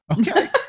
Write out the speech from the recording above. Okay